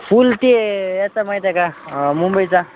पुल ते याचा माहीत आहे का मुंबईचा